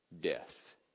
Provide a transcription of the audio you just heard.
death